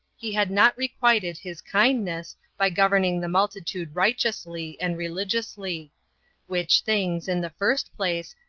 he had not requited his kindness, by governing the multitude righteously and religiously which things, in the first place,